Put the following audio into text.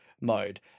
mode